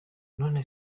none